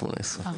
18.